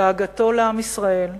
דאגתו לעם ישראל,